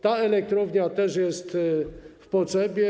Ta elektrownia też jest w potrzebie.